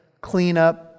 cleanup